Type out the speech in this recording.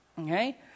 okay